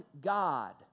God